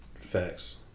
Facts